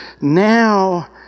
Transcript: Now